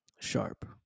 sharp